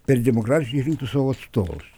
per demokratiškai išrinktus savo atstovus